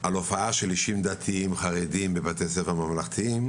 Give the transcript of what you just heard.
על הופעה של אישים דתיים-חרדים בבתי ספר ממלכתיים?